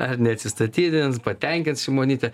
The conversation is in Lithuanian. ar neatsistatydins patenkins šimonytė